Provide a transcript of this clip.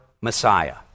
Messiah